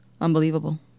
unbelievable